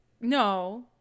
no